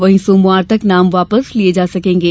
वहीं सोमवार तक नाम वापस लिये जा सकेंगे